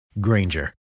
Granger